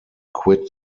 quit